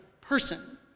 person